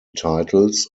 titles